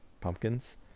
pumpkins